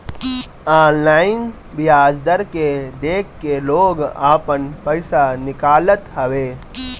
online बियाज दर के देख के लोग आपन पईसा निकालत हवे